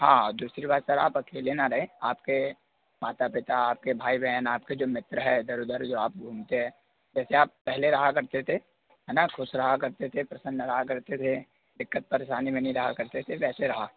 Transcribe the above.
हाँ दूसरी बात सर आप अकेले ना रहें आपके माता पिता आपके भाई बहन आपके जो मित्र हैं इधर उधर जो आप घूमते हैं जैसे आप पहले रहा करते थे है ना ख़ुश रहा करते थे प्रसन्न रहा करते थे दिक़्क़त परेशानी में नहीं रहा करते थे वैसे रहा